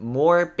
more